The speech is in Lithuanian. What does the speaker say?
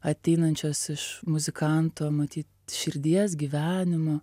ateinančios iš muzikanto matyt širdies gyvenimo